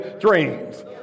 dreams